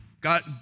God